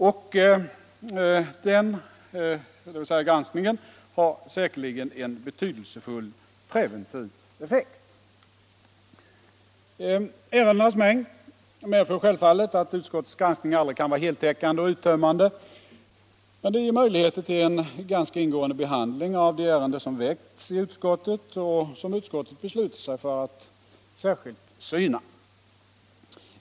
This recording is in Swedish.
Och granskningen har säkerligen en betydelse som preventiv effekt. Ärendenas mängd medför självfallet att utskottets granskning aldrig kan vara heltäckande och uttömmande, men den ger möjligheter till en ganska ingående behandling av de ärenden som väckts i utskottet och som utskottet beslutat sig för att särskilt syna.